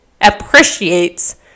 appreciates